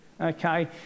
okay